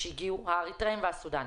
האריתראים והסודנים.